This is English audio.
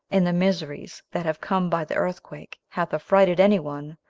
and the miseries that have come by the earthquake, hath affrighted any one,